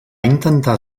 intentar